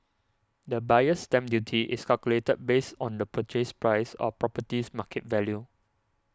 the Buyer's Stamp Duty is calculated based on the Purchase Price or property's market value